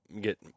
get